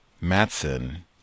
Matson